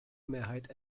mehrheit